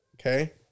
Okay